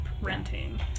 renting